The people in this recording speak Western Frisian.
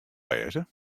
wêze